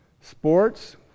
sports